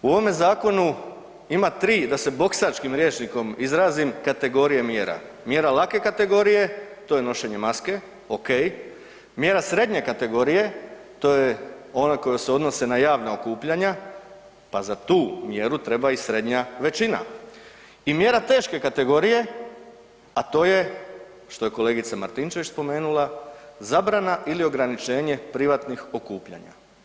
U ovome zakonu ima 3 da se boksačkim rječnikom izrazim kategorije mjera, mjera lake kategorije to je nošenje maske ok, mjera srednje kategorije to je ona koja se odnose na javna okupljanja pa za tu mjeru treba i srednja većina i mjera teške kategorije, a to je što je kolegica Martinčević spomenula, zabrana ili ograničenje privatnih okupljanja.